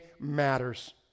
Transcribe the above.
matters